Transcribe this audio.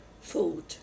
food